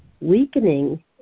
weakening